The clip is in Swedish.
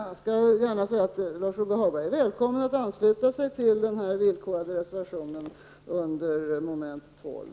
Jag vill gärna säga att Lars-Ove Hagberg är välkommen att ansluta sig till den villkorade reservationen under mom. 12.